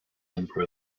number